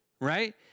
right